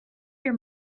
your